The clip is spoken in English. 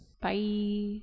Bye